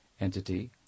entity